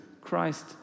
Christ